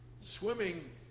swimming